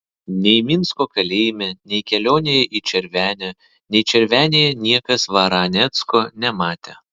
nei minsko kalėjime nei kelionėje į červenę nei červenėje niekas varanecko nematė